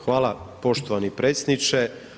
Hvala poštovani predsjedniče.